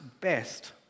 best